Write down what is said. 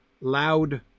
loud